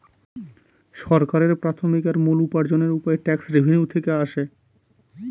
সরকারের প্রাথমিক আর মূল উপার্জনের উপায় ট্যাক্স রেভেনিউ থেকে আসে